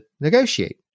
negotiate